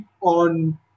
on